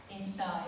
inside